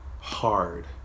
hard